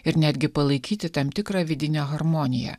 ir netgi palaikyti tam tikrą vidinę harmoniją